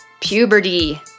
puberty